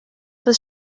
was